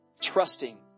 Trusting